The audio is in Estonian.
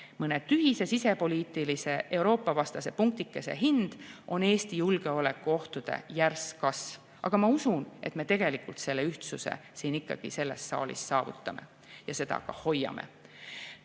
Mõne tühise sisepoliitilise Euroopa-vastase punktikese hind on Eesti julgeolekuohtude järsk kasv. Aga ma usun, et me tegelikult ikkagi ühtsuse siin saalis saavutame ja seda ka hoiame.